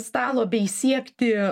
stalo bei siekti